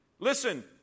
Listen